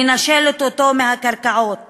מנשלת אותו מהקרקעות